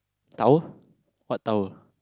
tower what tower